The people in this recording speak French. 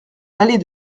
allée